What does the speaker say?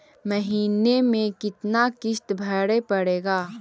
महीने में किस्त कितना भरें पड़ेगा?